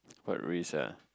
what risk ah